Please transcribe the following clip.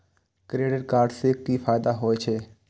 Credit card से कि फायदा होय छे?